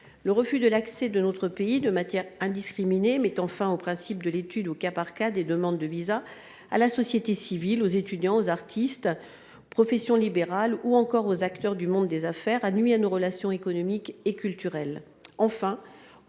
Le refus d’accès à notre pays de manière indiscriminée a mis fin au principe d’examen au cas par cas des demandes de visa émanant de la société civile, des étudiants, des artistes, des professions libérales ou encore des acteurs du monde des affaires, ce qui a nui à nos relations économiques et culturelles.